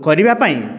କରିବାପାଇଁ